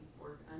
work